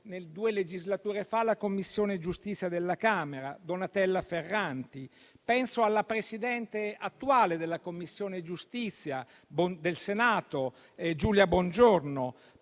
due legislature fa la Commissione giustizia della Camera, Donatella Ferranti. Penso all'attuale presidente della Commissione giustizia del Senato, Giulia Bongiorno.